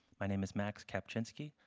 my name is max kapczynski,